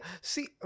See